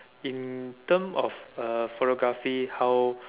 in term of uh photography how